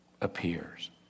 appears